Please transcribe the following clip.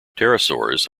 pterosaurs